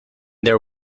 there